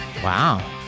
Wow